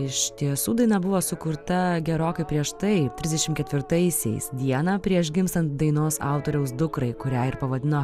iš tiesų daina buvo sukurta gerokai prieš tai trisdešim ketvirtaisiais dieną prieš gimstant dainos autoriaus dukrai kurią ir pavadino